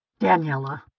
Daniela